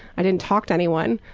i didn't talk to anyone,